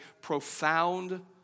profound